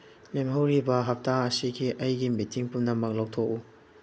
ꯂꯦꯝꯍꯧꯔꯤꯕ ꯍꯞꯇꯥ ꯑꯁꯤꯒꯤ ꯑꯩꯒꯤ ꯃꯤꯇꯤꯡ ꯄꯨꯝꯅꯃꯛ ꯂꯧꯊꯣꯛꯎ